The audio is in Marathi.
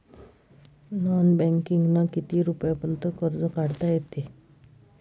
नॉन बँकिंगनं किती रुपयापर्यंत कर्ज काढता येते?